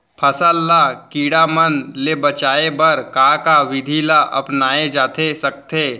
फसल ल कीड़ा मन ले बचाये बर का का विधि ल अपनाये जाथे सकथे?